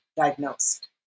diagnosed